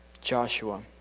joshua